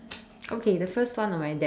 okay the first one on my deck